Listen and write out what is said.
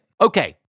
Okay